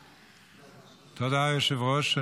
תודה, היושב-ראש.